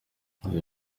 yagize